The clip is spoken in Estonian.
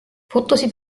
fotosid